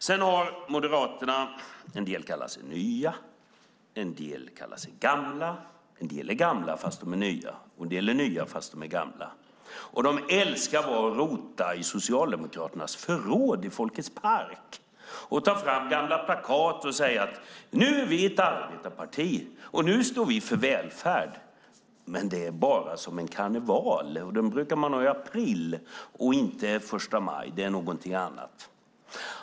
Sedan älskar Moderaterna - en del kallar sig nya, en del kallar sig gamla, en del är gamla fast de är nya och en del är nya fast de är gamla - att rota i Socialdemokraternas förråd i Folkets park och ta fram gamla plakat och säga: Nu är vi ett arbetarparti, och nu står vi för välfärd. Men det är bara som en karneval. Sådana brukar man ha i april och inte den 1 maj. Det är någonting annat.